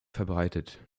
verbreitet